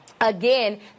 Again